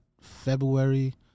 February